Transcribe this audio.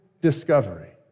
discovery